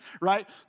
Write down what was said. Right